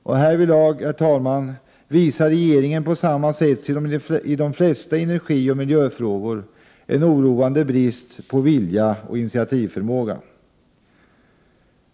Och härvidlag visar regeringen på samma sätt som i de flesta energioch miljöfrågor en oroande brist på vilja och initiativförmåga.